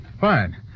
Fine